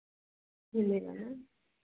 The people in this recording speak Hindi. मिलेगा